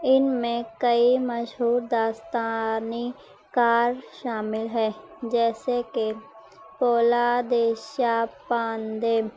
ان میں کئی مشہور داستانی کار شامل ہے جیسے کہ فولادے شا پاندے